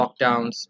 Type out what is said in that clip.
lockdowns